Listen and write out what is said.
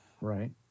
Right